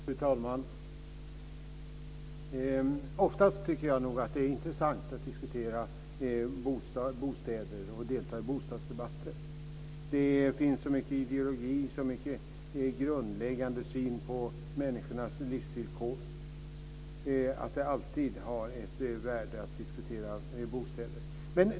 Fru talman! Oftast är det intressant att diskutera bostäder och delta i bostadsdebatter. Det finns så mycket ideologi och grundläggande syn på människornas livsvillor att det alltid har ett värde att diskutera bostäder.